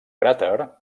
cràter